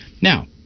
Now